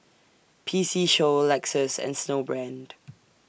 P C Show Lexus and Snowbrand